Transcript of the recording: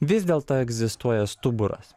vis dėlto egzistuoja stuburas